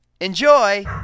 Enjoy